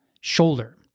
shoulder